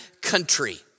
country